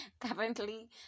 Currently